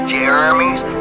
Jeremy's